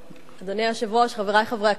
אדוני היושב-ראש, חברי חברי הכנסת,